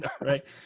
right